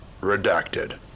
Redacted